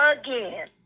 again